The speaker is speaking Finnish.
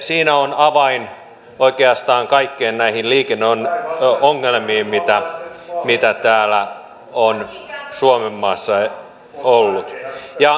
siinä on avain oikeastaan kaikkiin näihin liikenneongelmiin mitä täällä suomenmaassa on ollut